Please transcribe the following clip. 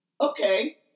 Okay